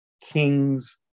kings